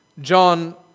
John